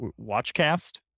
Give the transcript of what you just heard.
WatchCast